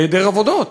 היעדר עבודות.